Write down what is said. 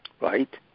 right